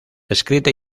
escrita